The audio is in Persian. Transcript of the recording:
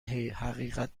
حقیقت